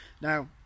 Now